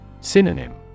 Synonym